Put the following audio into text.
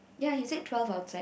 ya he said twelve outside